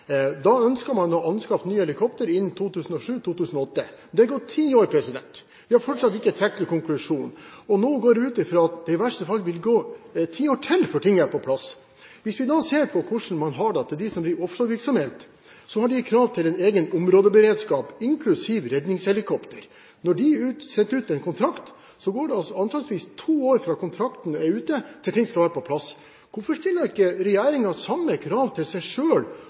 Da ønsket man å anskaffe nye helikoptre innen 2007–2008. Det har gått ti år, og vi har fortsatt ikke trukket noen konklusjon. Nå går jeg ut fra at det i verste fall vil gå ti år til før ting er på plass. Hvis vi ser på hvordan de som driver offshorevirksomhet har det, så har de krav til en egen områdeberedskap, inklusiv redningshelikopter. Når de setter ut en kontrakt, går det anslagsvis to år fra kontrakten er ute til ting skal være på plass. Hvorfor stiller ikke regjeringen samme krav til seg